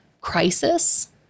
crisis